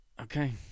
Okay